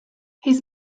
his